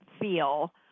feel